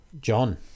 John